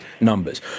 numbers